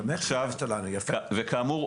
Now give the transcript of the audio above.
כאמור,